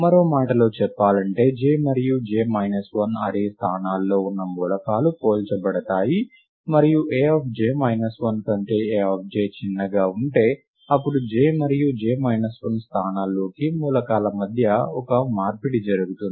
మరో మాటలో చెప్పాలంటే j మరియు j మైనస్ 1 అర్రే స్థానాల్లో ఉన్న మూలకాలు పోల్చబడతాయి మరియు Aj 1 కంటే Aj చిన్నగా ఉంటే అప్పుడు j మరియు j 1 స్థానాల్లోని మూలకాల మధ్య ఒక మార్పిడి జరుగుతుంది